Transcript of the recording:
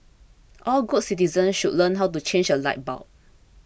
all good citizens should learn how to change a light bulb